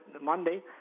Monday